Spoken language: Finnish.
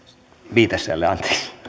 viitaselle